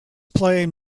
playing